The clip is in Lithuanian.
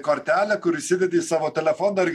kortelę kur įsidedi į savo telefoną ir